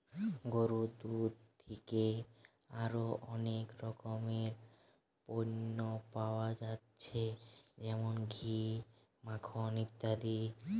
গরুর দুধ থিকে আরো অনেক রকমের পণ্য পায়া যাচ্ছে যেমন ঘি, মাখন ইত্যাদি